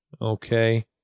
Okay